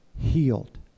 healed